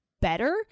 better